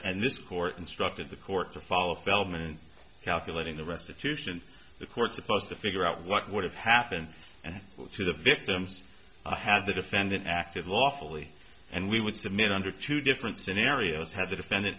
and this court instructed the court to follow feldman in calculating the restitution the court's supposed to figure out what would have happened and to the victims had the defendant acted lawfully and we would submit under two different scenarios had the defendant